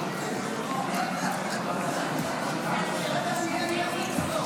חברות וחברי הכנסת,